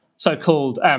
so-called